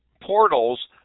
portals